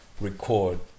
record